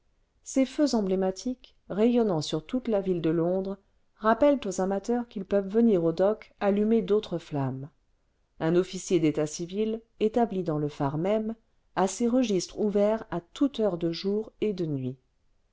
ses feux emblématiques rayonnant sur toute la ville de londres rappellent aux amateurs qu'ils peuvent venir aux docks allumer d'autres flammes un officier d'état civil établi clans le phare même a ses registres ouverts à toute heure de jour et de nuit